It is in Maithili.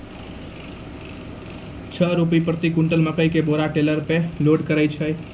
छह रु प्रति क्विंटल मकई के बोरा टेलर पे लोड करे छैय?